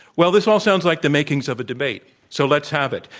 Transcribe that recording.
well, this all sounds like the makings of a debate, so let's have it.